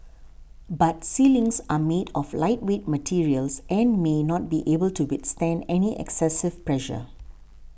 but ceilings are made of lightweight materials and may not be able to withstand any excessive pressure